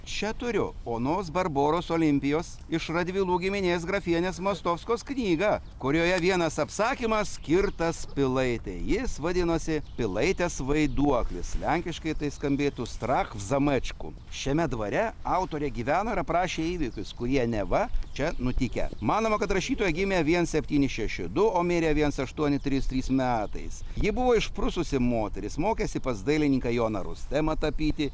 čia turiu onos barboros olimpijos iš radvilų giminės grafienės mostovskos knygą kurioje vienas apsakymas skirtas pilaitei jis vadinosi pilaitės vaiduoklis lenkiškai tai skambėtų strak v zamečku šiame dvare autorė gyveno ir aprašė įvykius kurie neva čia nutikę manoma kad rašytoja gimė viens septyni šeši du o mirė viens aštuoni trys trys metais ji buvo išprususi moteris mokėsi pas dailininką joną rustemą tapyti